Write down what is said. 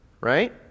Right